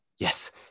yes